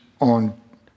on